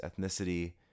ethnicity